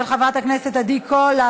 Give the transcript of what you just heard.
של חברת הכנסת עדי קול.